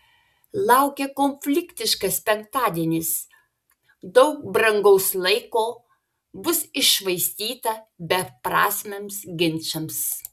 laukia konfliktiškas penktadienis daug brangaus laiko bus iššvaistyta beprasmiams ginčams